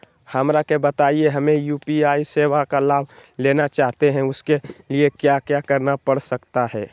हमरा के बताइए हमें यू.पी.आई सेवा का लाभ लेना चाहते हैं उसके लिए क्या क्या करना पड़ सकता है?